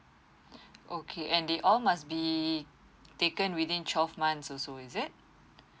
okay and they all must be taken within twelve months also is it